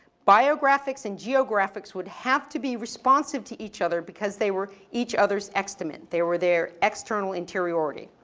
biographics and geographics would have to be responsive to each other because they were each other's externment. they were their external interiority.